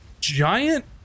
giant